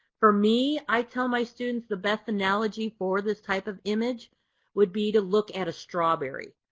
for me, i tell my students, the best analogy for this type of image would be to look at a strawberry.